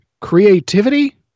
creativity